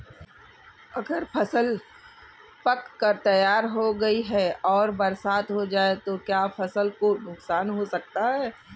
अगर फसल पक कर तैयार हो गई है और बरसात हो जाए तो क्या फसल को नुकसान हो सकता है?